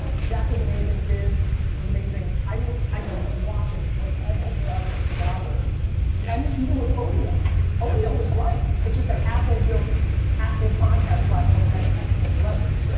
jack was amazing. biz was amazing. i didn't, i just was watching what ev had done with blogger yeah and even with odio odio was right. it's just an apple built apple podcast platform. and that just had too much leverage.